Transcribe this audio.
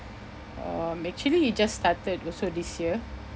um actually he just started also this year